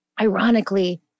Ironically